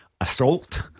assault